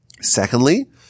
Secondly